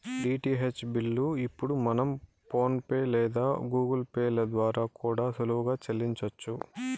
DTH bill ఇప్పుడు మనం PhonePe లేదా గూగుల్ పే ల ద్వారా కూడా సులువుగా సెల్లించొచ్చు